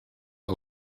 que